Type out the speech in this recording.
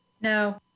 No